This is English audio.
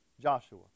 Joshua